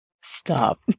Stop